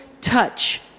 touch